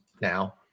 now